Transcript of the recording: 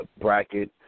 bracket